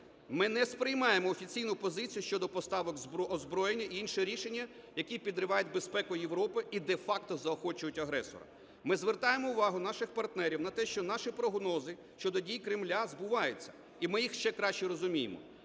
ми не сприймаємо офіційну позицію щодо поставок озброєння і інші рішення, які підривають безпеку Європи і де-факто заохочують агресора. Ми звертаємо увагу наших партнерів на те, що наші прогнози щодо дій Кремля збуваються, і ми їх ще краще розуміємо.